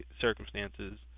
circumstances